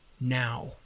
now